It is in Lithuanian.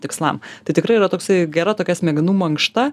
tikslam tai tikrai yra toksai gera tokia smegenų mankšta